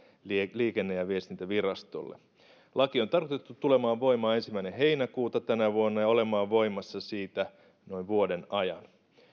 liikenne ja viestintävirastolle laki on tarkoitettu tulemaan voimaan ensimmäinen heinäkuuta tänä vuonna ja olemaan voimassa siitä noin vuoden ajan